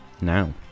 now